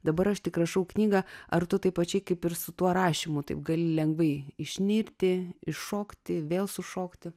dabar aš tik rašau knygą ar tu tai pačiai kaip ir su tuo rašymu taip gali lengvai išnirti iššokti vėl sušokti